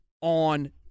on